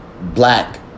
black